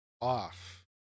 off